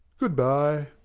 good-by.